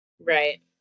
Right